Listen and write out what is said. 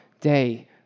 day